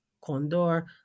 condor